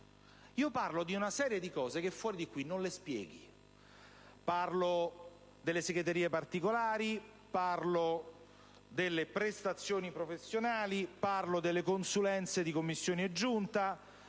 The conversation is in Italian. Parlo di una serie di cose che fuori di qui non si spiegano: parlo delle segreterie particolari, delle prestazioni professionali, delle consulenze di Commissioni e Giunta,